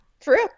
true